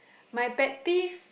my pet peeve